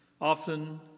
Often